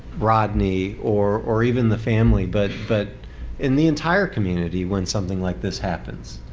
rodney or or even the family, but but in the entire community when something like this happens.